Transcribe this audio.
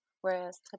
Whereas